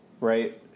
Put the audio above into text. right